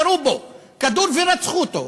ירו בו כדור ורצחו אותו,